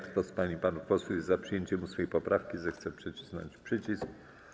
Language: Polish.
Kto z pań i panów posłów jest za przyjęciem 8. poprawki, zechce nacisnąć przycisk.